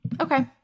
okay